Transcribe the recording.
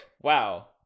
wow